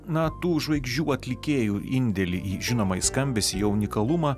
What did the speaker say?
na tų žvaigždžių atlikėjų indėlį į žinoma į skambesį jo unikalumą